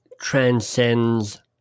transcends